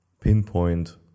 pinpoint